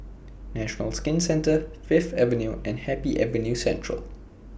National Skin Centre Fifth Avenue and Happy Avenue Central